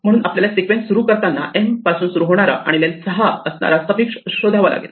म्हणून आपल्याला सिक्वेन्स सुरू करताना M पासून सुरु होणारा आणि लेन्थ 6 असणारा सफिक्स शोधावा लागेल